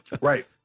Right